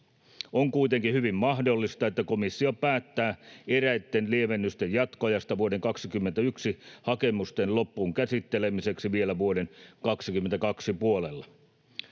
On kuitenkin hyvin mahdollista, että komissio päättää eräitten lievennysten jatkoajasta vuoden 21 hakemusten loppuun käsittelemiseksi vielä vuoden 22 puolella.